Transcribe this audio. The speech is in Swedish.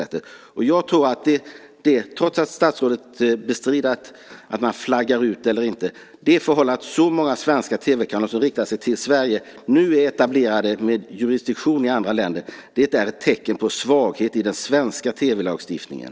Trots att statsrådet bestrider att man flaggar ut tror jag att det förhållande att så många svenska tv-kanaler som riktar sig till Sverige nu är etablerade med jurisdiktion i andra länder är ett tecken på svaghet i den svenska tv-lagstiftningen.